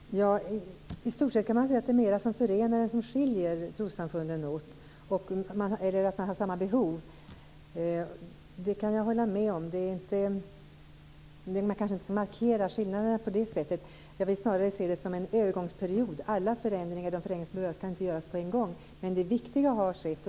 Fru talman! I stort sett är det mer som förenar än som skiljer trossamfunden åt, och de har samma behov. Det kan jag hålla med om. Man kanske inte markerar skillnaderna på det sättet. Jag vill snarare se det som en övergångsperiod. Alla de förändringar som behöver göras kan inte göras på en gång. Det viktiga har skett.